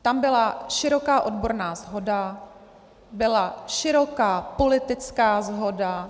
Tam byla široká odborná shoda, byla široká politická shoda.